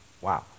wow